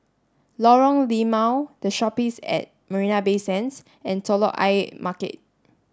Lorong Limau The Shoppes at Marina Bay Sands and Telok Ayer Market